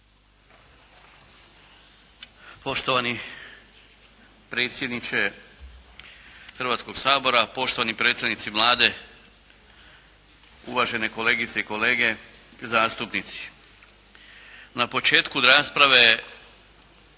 Poštovani predsjedniče Hrvatskog sabora, poštovani predstavnici Vlade, uvažene kolegice i kolege zastupnici. Na početku rasprave